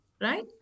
Right